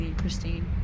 Christine